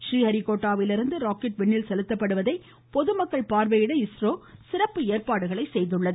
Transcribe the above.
ஸ்ரீஹரிகோட்டாவிலிருந்து rocket விண்ணில் செலுத்தப்படுவதை பொதுமக்கள் பார்வையிட இஸ்ரோ சிறப்பு ஏற்பாடுகளை செய்துள்ளது